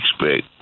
expect